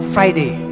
Friday